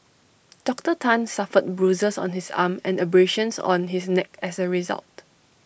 Doctor Tan suffered bruises on his arm and abrasions on his neck as A result